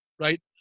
right